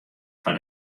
foar